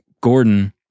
Gordon